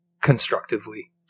constructively